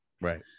right